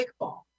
kickball